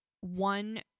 one